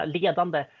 ledande